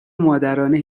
مادرانه